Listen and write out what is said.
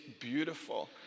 beautiful